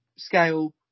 scale